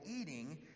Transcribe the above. eating